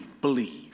believe